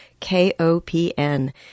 KOPN